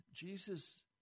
Jesus